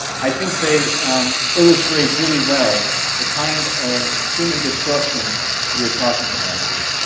i think they illustrate really well the kind of human destruction we are talking about here.